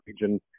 region